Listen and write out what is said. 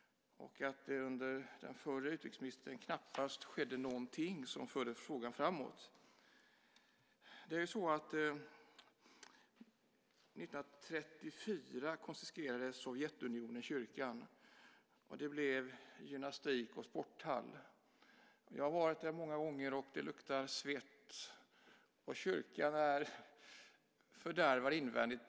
Under den förra utrikesministern skedde det knappast någonting som förde frågan framåt. År 1934 konfiskerade Sovjetunionen kyrkan. Den blev gymnastik och sporthall. Jag har varit där många gånger, och det luktar svett. Kyrkan är fördärvad invändigt.